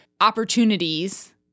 opportunities